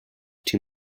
too